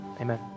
Amen